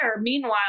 Meanwhile